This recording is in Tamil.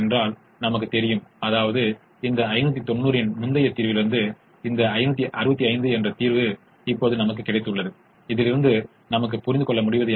எனவே இந்த தேற்றம் மிக முக்கியமான தேற்றம் இது பலவீனமான இரட்டைக் கோட்பாடு என்று அழைக்கப்படுகிறது